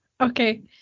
okay